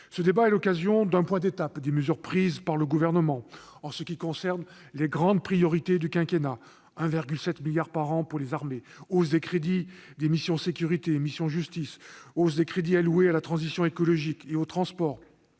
Ce débat est l'occasion d'un bilan d'étape des mesures prises par le Gouvernement en ce qui concerne les grandes priorités du quinquennat : 1,7 milliard d'euros par an pour les armées, hausse des crédits des missions « Sécurité » et « Justice » et augmentation des crédits alloués à la transition écologique et aux transports,